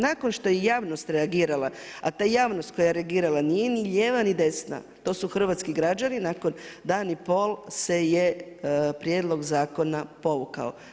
Nakon što je javnost reagirala, a ta javnost što je reagirala nije ni lijeva ni desna, to su hrvatski građani, nakon dan i pol se je prijedlog zakona povukao.